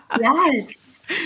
Yes